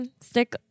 stick